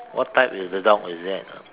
what type is the dog is it